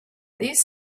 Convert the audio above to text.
these